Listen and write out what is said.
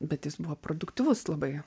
bet jis buvo produktyvus labai